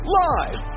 live